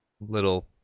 little